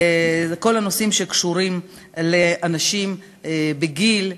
כל הנושאים שקשורים לאנשים בגיל,